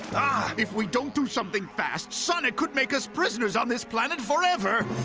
ah! if we don't do something fast, sonic could make us prisoners on this planet forever.